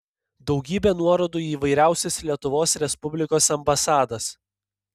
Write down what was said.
daugybė nuorodų į įvairiausias lietuvos respublikos ambasadas